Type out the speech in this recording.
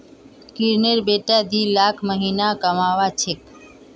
किरनेर बेटा दी लाख महीना कमा छेक